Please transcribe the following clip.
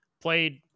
played